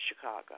Chicago